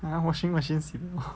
washing machine 洗的